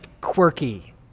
quirky